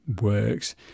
works